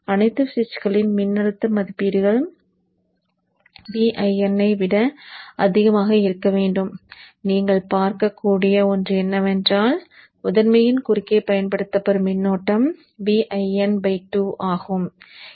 அனைத்து சுவிட்சுகளின் மின்னழுத்த மதிப்பீடுகள் Vin ஐ விட அதிகமாக இருக்க வேண்டும் நீங்கள் பார்க்கக்கூடிய ஒன்று என்னவென்றால் முதன்மையின் குறுக்கே பயன்படுத்தப்படும் மின்னழுத்தம் Vin 2 ஆகும்